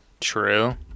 true